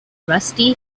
rusty